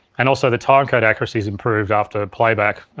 and also the timecode accuracy is improved after playback.